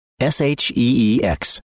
S-H-E-E-X